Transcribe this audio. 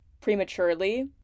prematurely